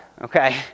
okay